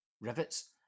rivets